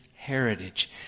Heritage